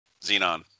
Xenon